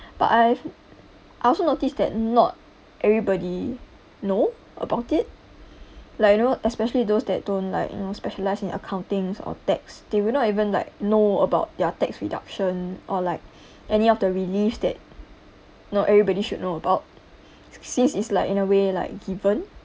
but I've also noticed that not everybody know about it like you know especially those that don't like you know specialize in accounting or tax they will not even like know about their tax reduction or like any of the reliefs that you know everybody should know about since it's like in a way like given